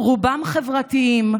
רובם חברתיים,